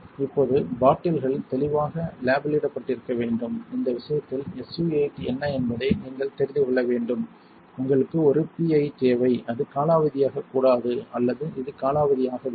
இப்போது பாட்டில்கள் தெளிவாக லேபிளிடப்பட்டிருக்க வேண்டும் இந்த விஷயத்தில் SU 8 என்ன என்பதை நீங்கள் தெரிந்து கொள்ள வேண்டும் உங்களுக்கு ஒரு PI தேவை அது காலாவதியாகக்கூடாது அல்லது இது காலாவதியாகவில்லை